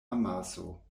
amaso